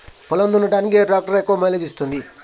పొలం దున్నడానికి ఏ ట్రాక్టర్ ఎక్కువ మైలేజ్ ఇస్తుంది?